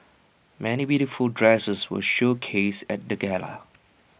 many beautiful dresses were showcased at the gala